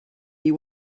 you